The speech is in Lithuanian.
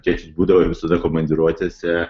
tėtis būdavo visada komandiruotėse